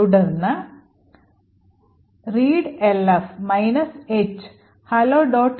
തുടർന്ന് readelf H hello